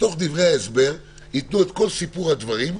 בתוך דברי ההסבר ייתנו את כל סיפור הדברים,